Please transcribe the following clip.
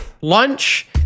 lunch